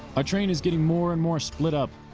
ah train is getting more and more split up.